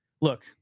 look